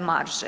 marže.